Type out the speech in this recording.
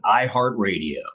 iHeartRadio